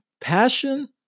passion